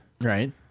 Right